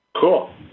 Cool